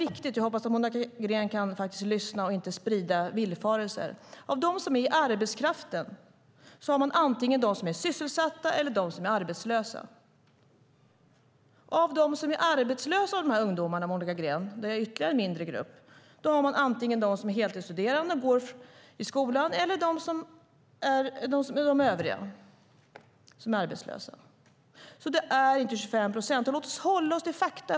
Jag hoppas att Monica Green kan lyssna och inte sprida villfarelser. Av dem som är i arbetskraften har man antingen dem som är sysselsatta eller dem som är arbetslösa. Av dem som är arbetslösa av dessa ungdomar, Monica Green, finns ytterligare mindre grupper. Det är de som är heltidsstuderande och går i skolan och de övriga som är arbetslösa. Det är inte 25 procent. Låt oss hålla oss till fakta.